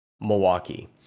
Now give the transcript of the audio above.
Milwaukee